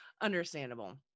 understandable